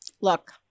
Look